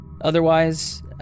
Otherwise